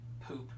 poop